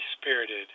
Spirited